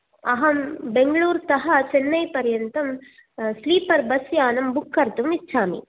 अहं बैंगलुरतः चेन्नै पर्यन्तं स्लीपर् बस् यानं बुक् कर्तुम् इच्छामि